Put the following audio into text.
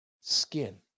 Skin